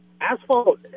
asphalt